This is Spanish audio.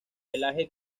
pelaje